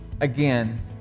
Again